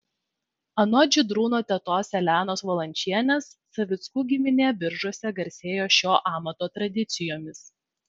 anot žydrūno tetos elenos valančienės savickų giminė biržuose garsėjo šio amato tradicijomis